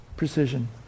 Precision